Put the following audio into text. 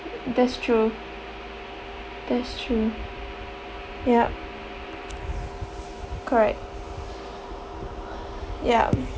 that's true that's true yup correct yeah